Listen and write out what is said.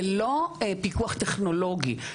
זה לא פיקוח טכנולוגי,